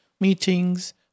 meetings